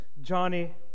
Johnny